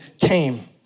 came